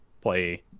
play